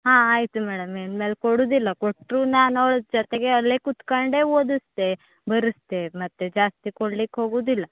ಹಾಂ ಆಯಿತು ಮೇಡಮ್ ಇನ್ಮೇಲೆ ಕೊಡೋದಿಲ್ಲ ಕೊಟ್ಟರು ನಾನು ಅವ್ಳ ಜೊತೆಗೆ ಅಲ್ಲೇ ಕೂತ್ಕೊಂಡೇ ಓದಿಸ್ತೇ ಬರೆಸ್ತೇ ಮತ್ತೆ ಜಾಸ್ತಿ ಕೊಡಲಿಕ್ಕೆ ಹೋಗೋದಿಲ್ಲ